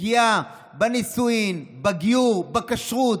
לפגיעה בנישואין, בגיור, בכשרות,